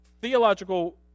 theological